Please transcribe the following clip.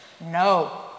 No